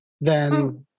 then-